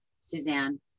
Suzanne